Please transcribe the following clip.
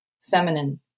feminine